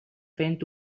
fent